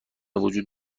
وجود